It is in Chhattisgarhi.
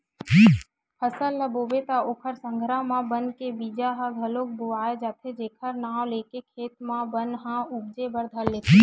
फसल ल बोबे त ओखर संघरा म बन के बीजा ह घलोक बोवा जाथे जेखर नांव लेके खेत म बन ह उपजे बर धर लेथे